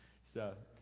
so,